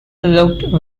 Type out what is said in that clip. looked